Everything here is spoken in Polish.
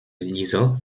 lizo